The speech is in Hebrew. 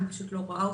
אני לא רואה אותם.